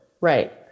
Right